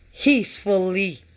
peacefully